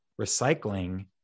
recycling